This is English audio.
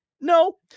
No